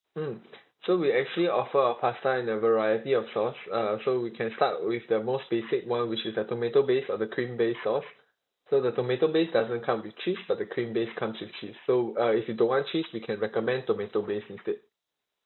mm so we actually offer our pasta in a variety of sauce uh so we can start with the most basic [one] which is the tomato based or the cream based sauce so the tomato based doesn't come with cheese but the cream based comes with cheese so uh if you don't want cheese we can recommend tomato based instead